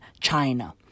China